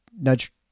Nudge